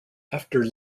after